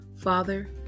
Father